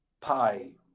Pi